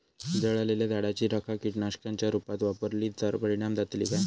जळालेल्या झाडाची रखा कीटकनाशकांच्या रुपात वापरली तर परिणाम जातली काय?